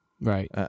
Right